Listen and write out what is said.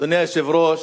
אדוני היושב-ראש,